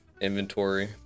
inventory